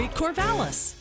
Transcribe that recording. Corvallis